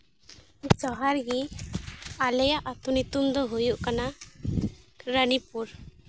ᱡᱚᱦᱟᱨ ᱜᱮ ᱟᱞᱮᱭᱟᱜ ᱟᱛᱳ ᱧᱩᱛᱩᱢ ᱫᱚ ᱦᱩᱭᱩᱜ ᱠᱟᱱᱟ ᱨᱟᱱᱤᱯᱩᱨ